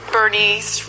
Bernie's